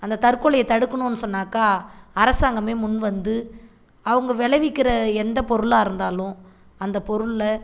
அந்த தற்கொலையை தடுக்கணுன்னு சொன்னாக்கா அரசாங்கமே முன் வந்து அவங்க விளைவிக்கிற எந்த பொருளாக இருந்தாலும் அந்த பொருளை